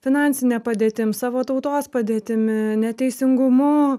finansine padėtim savo tautos padėtimi neteisingumu